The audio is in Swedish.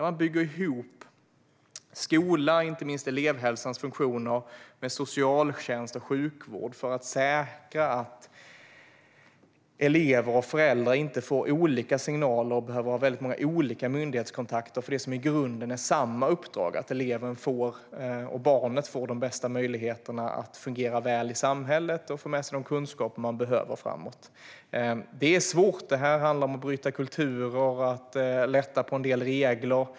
Man bygger ihop skola, inte minst elevhälsans funktioner, med socialtjänst och sjukvård för att säkra att elever och föräldrar inte får olika signaler och behöver ha många olika myndighetskontakter för det som i grunden är samma uppdrag: att barnet får de bästa möjligheterna att fungera väl i samhället och få med sig de kunskaper som behövs framåt. Detta är svårt. Det handlar om att bryta kulturer och lätta på en del regler.